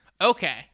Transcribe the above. Okay